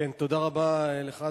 תודה רבה לך,